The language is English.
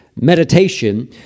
meditation